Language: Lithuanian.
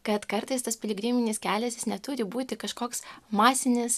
kad kartais tas piligriminis kelias jis neturi būti kažkoks masinis